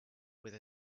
with